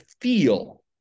feel